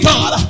God